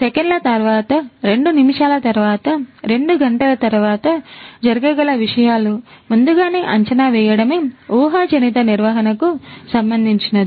సెకన్ల తరువాత రెండు నిమిషాల తరువాత రెండు గంటల తరువాత జరగగల విషయాలు ముందుగానే అంచనా వేయడమే ఊహాజనిత నిర్వహణకు సంబంధించినది